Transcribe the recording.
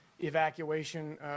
evacuation